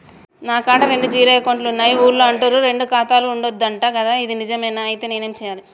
నా కాడా రెండు జీరో అకౌంట్లున్నాయి ఊళ్ళో అంటుర్రు రెండు ఖాతాలు ఉండద్దు అంట గదా ఇది నిజమేనా? ఐతే నేనేం చేయాలే?